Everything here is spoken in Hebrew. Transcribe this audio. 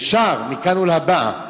אפשר מכאן ולהבא,